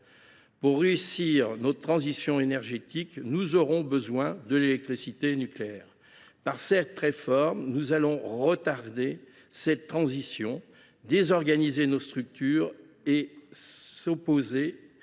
Pour réussir notre transition énergétique, nous aurons besoin de l’électricité nucléaire. Par cette réforme, nous allons retarder cette transition, désorganiser nos structures et nous exposer